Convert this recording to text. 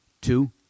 Two